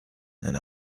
and